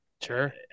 Sure